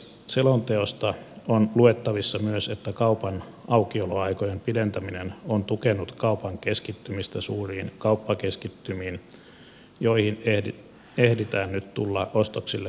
selonteosta on luettavissa myös että kaupan aukioloaikojen pidentäminen on tukenut kaupan keskittymistä suuriin kauppakeskittymiin joihin ehditään nyt tulla ostoksille kauempaakin